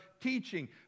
teaching